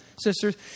sisters